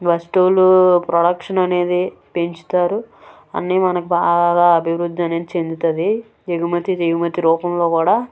వస్తువులు ప్రొడక్షన్ అనేది పెంచుతారు అన్నీ మనకి బాగా అభివృద్ధి అనేది చెందుతుంది ఎగుమతి దిగుమతి రూపంలో కూడా